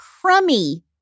Crummy